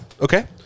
Okay